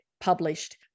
published